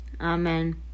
Amen